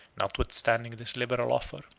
notwithstanding this liberal offer,